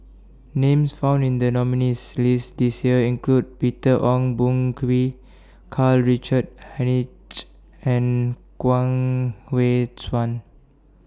Names found in The nominees' list This Year include Peter Ong Boon Kwee Karl Richard Hanitsch and Guang Hui Tsuan